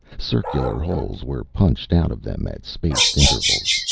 circular holes were punched out of them at spaced intervals.